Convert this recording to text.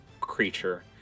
creature